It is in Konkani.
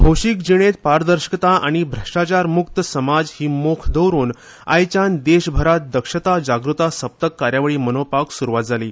भौशीक जीणेत पारदर्शकता आनी भ्रष्टाचार मुक्त समाज हि मोख दवरुन आयच्यान देशभरांत दक्षता जागृता सप्तक कायार्वळी मनोवपाक सुरवात जाली